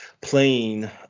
playing